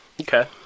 Okay